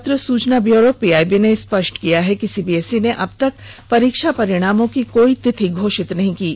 पत्र सूचना bureau PIB ने स्पष्ट किया है कि सीबीएसई ने अब तक परीक्षा परिणामों की कोई तिथि घोषित नहीं की है